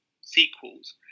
sequels